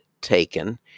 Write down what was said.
taken